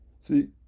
See